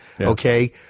okay